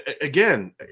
again